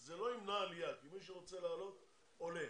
זה לא ימנע עלייה כי מי שרוצה לעלות עולה.